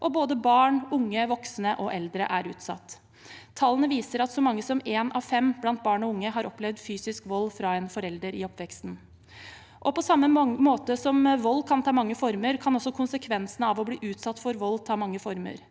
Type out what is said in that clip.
og både barn, unge, voksne og eldre er utsatt. Tallene viser at så mange som én av fem blant barn og unge har opplevd fysisk vold fra en forelder i oppveksten. På samme måte som at vold kan ta mange former, kan også konsekvensene av å bli utsatt for vold ta mange former.